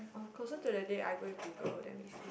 oh closer to the date I going Google then we see how